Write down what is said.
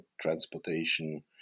transportation